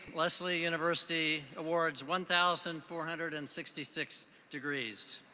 lesley university awards one thousand four hundred and sixty six degrees.